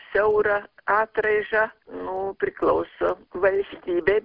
siaurą atraižą nu priklauso valstybė